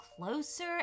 closer